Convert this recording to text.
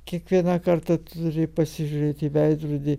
kiekvieną kartą turi pasižiūrėt į veidrodį